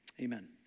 Amen